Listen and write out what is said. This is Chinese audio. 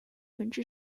本质